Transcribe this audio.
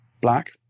black